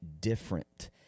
different